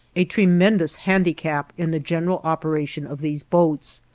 a tremendous handicap in the general operation of these boats.